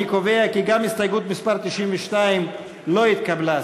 אני קובע כי גם הסתייגות מס' 92 לא התקבלה.